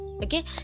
Okay